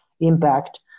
impact